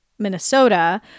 Minnesota